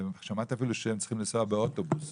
שמעתי שהם צריכים לנסוע באוטובוס,